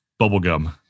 Bubblegum